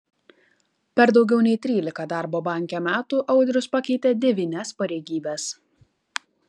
per daugiau nei trylika darbo banke metų audrius pakeitė devynias pareigybes